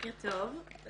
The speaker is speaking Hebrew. בוקר טוב.